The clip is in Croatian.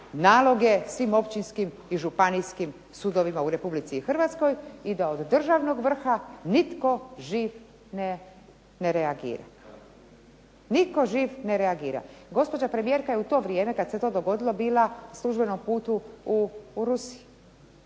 naloge svim općinskim i županijskim sudovima u RH? I da od državnog vrha nitko živ ne reagira. Nitko živ ne reagira. Gospođa premijerka je u to vrijeme kad se to dogodilo bila na službenom putu u Rusiji.